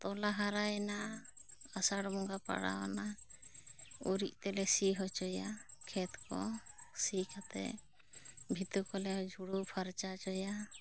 ᱛᱚᱞᱟ ᱦᱟᱨᱟᱭᱮᱱᱟ ᱟᱥᱟᱲ ᱵᱚᱸᱜᱟ ᱯᱟᱲᱟᱣ ᱮᱱᱟ ᱩᱨᱤᱡ ᱛᱮᱞᱮ ᱥᱤ ᱦᱚᱪᱚᱭᱟ ᱠᱷᱮᱛ ᱠᱚ ᱥᱤ ᱠᱟᱛᱮ ᱵᱷᱤᱛᱟᱹ ᱠᱚᱞᱮ ᱡᱷᱩᱲᱟᱹᱣ ᱯᱷᱟᱨᱪᱟ ᱦᱚᱪᱚᱭᱟ